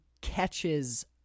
Catches